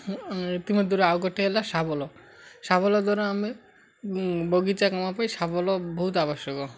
ଏଥି ମଧ୍ୟ ରୁ ଆଉ ଗୋଟେ ହେଲା ଶାବଳ ଶାବଳ ଦ୍ୱାରା ଆମେ ବଗିଚା କାମ ପାଇଁ ଶାବଳ ବହୁତ ଆବଶ୍ୟକ